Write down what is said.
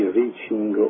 reaching